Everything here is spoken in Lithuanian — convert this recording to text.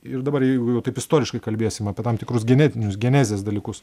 ir dabar jeigu jau taip istoriškai kalbėsim apie tam tikrus genetinius genezės dalykus